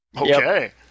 Okay